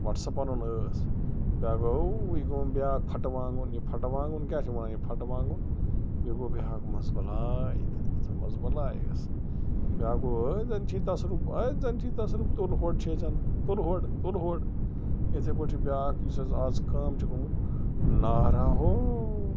وَٹ سا پَنُن ٲس بیٛاکھ گوٚو اوٗ یہِ گوٚوُم بیٛاکھ پھَٹہٕ وانٛگُن یہِ پھٹہٕ وانٛگُن کیٛاہ چھِ وَنان یہِ پھٹہٕ وانٛگُن بیٚیہِ گوٚو بیٛاکھ مَزٕ بَلاے تَتہِ کۭژاہ مزٕ بَلاے ٲس بیٛاکھ گوٚو ہٲ زَن چھُے تصرُف ہٲ زَن چھُے تصرُف تُلہٕ ہۄڑ چھے زَن تُُلہٕ ہۄڑ تُلہٕ ہۄڑ یِتھٔے پٲٹھۍ چھِ بیٛاکھ یُس حظ آز کَم چھِ گوٚمُت نار ہا ہو